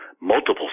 multiple